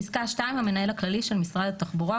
(2) "המנהל הכללי של משרד התחבורה,